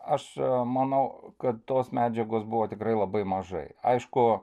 aš manau kad tos medžiagos buvo tikrai labai mažai aišku